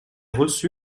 reçu